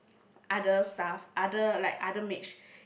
other stuff other like other mage